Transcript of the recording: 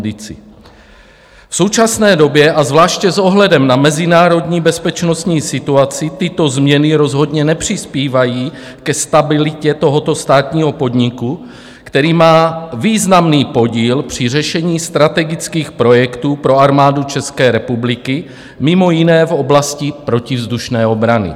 V současné době a zvláště s ohledem na mezinárodní bezpečnostní situaci tyto změny rozhodně nepřispívají ke stabilitě tohoto státního podniku, který má významný podíl při řešení strategických projektů pro Armádu České republiky, mimo jiné v oblasti protivzdušné obrany.